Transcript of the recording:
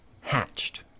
hatched